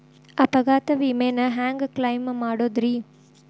ಅಪಘಾತ ವಿಮೆನ ಹ್ಯಾಂಗ್ ಕ್ಲೈಂ ಮಾಡೋದ್ರಿ?